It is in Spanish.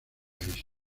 país